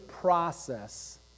process